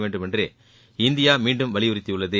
வேண்டும் என்று இந்தியா மீண்டும் வலியுறுத்தியுள்ளது